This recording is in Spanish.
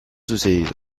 sucedido